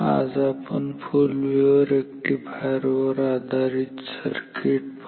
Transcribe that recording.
आज आपण full wave rectifier आधारित सर्किट पाहू ठीक आहे